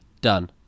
Done